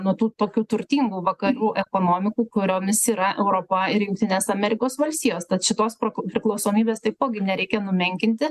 nuo tų tokių turtingų vakarų ekonomikų kuriomis yra europa ir jungtinės amerikos valstijos tad šitos priklausomybės taipogi nereikia numenkinti